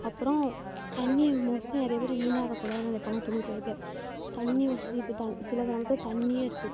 அப்புறம் தண்ணியை மோஸ்ட்லி நிறைய பேர் வீணாக்கக்கூடாதுன்னு நினைப்பாங்க துணி துவைக்க தண்ணி வசதி இப்போ தண் சில காலமாகதான் தண்ணியே இருக்குது